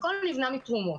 הכול נבנה מתרומות,